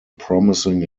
promising